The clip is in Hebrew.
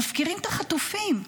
מפקירים את החטופים.